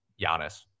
Giannis